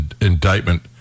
indictment